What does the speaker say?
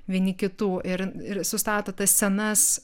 vieni kitų ir ir sustato tas scenas